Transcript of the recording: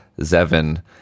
Zevin